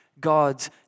God's